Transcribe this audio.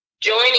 joining